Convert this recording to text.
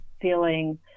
feeling